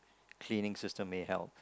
cleaning system may help